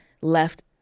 left